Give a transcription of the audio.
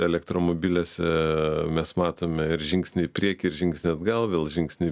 elektromobiliuose mes matome ir žingsnį į priekį ir žingsnį atgal vėl žingsnį